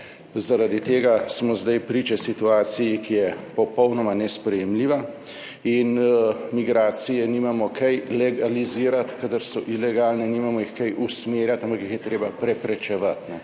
Zaradi tega smo zdaj priča situaciji, ki je popolnoma nesprejemljiva. Migracij nimamo kaj legalizirati, kadar so ilegalne, nimamo jih kaj usmerjati, ampak jih je treba preprečevati.